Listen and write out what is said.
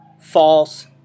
false